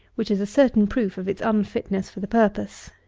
which is a certain proof of its unfitness for the purpose.